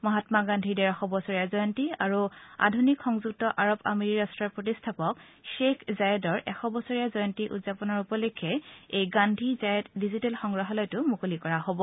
মহামা গান্ধীৰ ডেৰশ বছৰীয়া জয়ন্তী আৰু আধুনিক সংযুক্ত আৰব আমিৰী ৰট্টৰ প্ৰতিষ্ঠাপক ধ্বেইখ জায়েদৰ এশ বছৰীয়া জয়ন্তী উদযাপন উপলক্ষে এই গান্ধী জায়েদ ডিজিটেল সংগ্ৰহালয়টো মুকলি কৰা হব